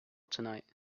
tonight